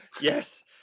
yes